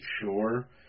Sure